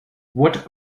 what